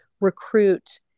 recruit